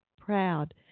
proud